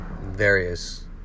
various